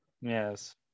Yes